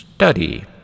Study